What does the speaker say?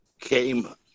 came